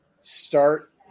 start